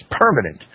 permanent